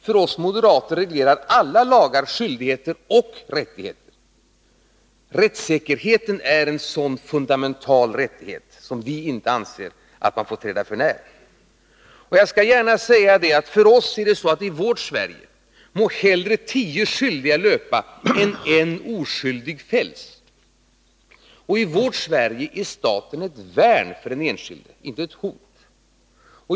För oss moderater reglerar alla lagar skyldigheter och rättigheter. Rättssäkerheten är en fundamental rättighet, som vi anser att man inte får träda för när. I vårt Sverige må hellre tio skyldiga löpa än en oskyldig fällas. I vårt Sverige är staten ett värn för den enskilde — inte ett hot.